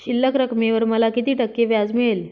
शिल्लक रकमेवर मला किती टक्के व्याज मिळेल?